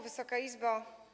Wysoka Izbo!